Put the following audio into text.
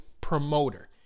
promoter